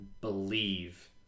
believe